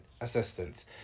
assistance